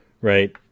Right